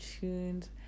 tuned